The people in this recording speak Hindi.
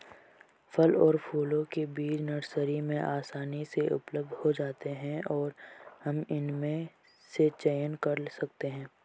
फल और फूलों के बीज नर्सरी में आसानी से उपलब्ध हो जाते हैं और हम इनमें से चयन कर सकते हैं